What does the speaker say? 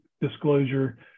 disclosure